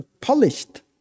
polished